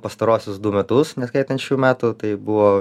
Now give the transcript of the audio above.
pastaruosius du metus neskaitant šių metų tai buvo